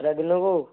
ଖରାଦିନକୁ